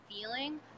feeling